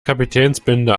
kapitänsbinde